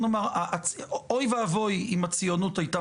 אוי ואוי אם הציונות הייתה